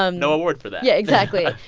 um no award for that yeah, exactly.